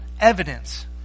evidence